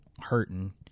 hurting